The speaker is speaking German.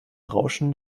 rauschen